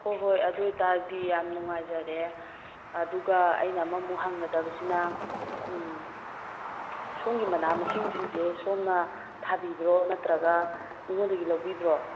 ꯍꯣꯏ ꯍꯣꯏ ꯑꯗꯨ ꯑꯣꯏꯇꯥꯔꯗꯤ ꯌꯥꯝ ꯅꯨꯡꯉꯥꯏꯖꯔꯦ ꯑꯗꯨꯒ ꯑꯩꯅ ꯑꯃꯃꯨꯛ ꯍꯪꯒꯗꯕꯁꯤꯅ ꯎꯝ ꯁꯣꯝꯒꯤ ꯃꯅꯥ ꯃꯁꯤꯡꯁꯤꯡꯁꯦ ꯁꯣꯝꯅ ꯊꯥꯕꯤꯕ꯭ꯔꯣ ꯅꯠꯇ꯭ꯔꯒ ꯃꯤꯉꯣꯟꯗꯒꯤ ꯂꯧꯕꯤꯕ꯭ꯔꯣ